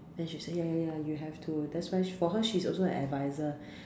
then she says ya ya you have to that's why for her she's also an advisor